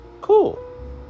Cool